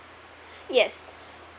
yes